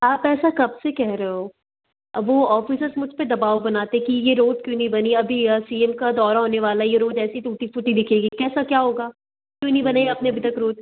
आप ऐसा कब से कहे रहे हो अब वो ऑफ़िसर्स मुझ पर दबाव बनाते कि ये रोड क्यों नहीं बनी अभी सी एम का दौरा होने वाला है ये रोड ऐसी टूटी फूटी दिखेगी कैसा क्या होगा क्यों नहीं बनाई आपने अभी तक रोड